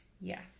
Yes